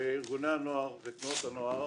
וארגוני ותנועות הנוער